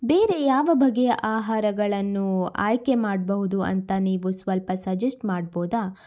ಬೇರೆ ಯಾವ ಬಗೆಯ ಆಹಾರಗಳನ್ನು ಆಯ್ಕೆ ಮಾಡಬಹುದು ಅಂತ ನೀವು ಸ್ವಲ್ಪ ಸಜೆಸ್ಟ್ ಮಾಡಬಹುದಾ